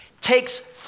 takes